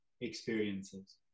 experiences